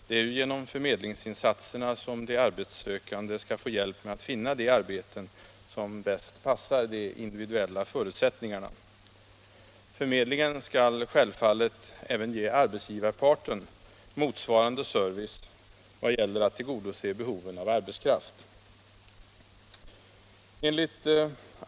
Det är ju genom förmedlingsinsatserna som de arbetssökande skall få hjälp med att finna de arbeten som bäst passar de individuella förutsättningarna. Förmedlingen skall självfallet även ge arbetsgivarparten motsvarande service vad gäller att tillgodose behoven av arbetskraft.